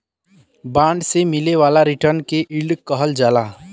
bond से मिले वाला रिटर्न के यील्ड कहल जाला